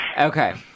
Okay